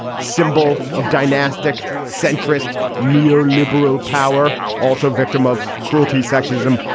symbol of dynastic, centrist, neo liberal power. also victim of cruelty, sexism,